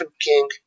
King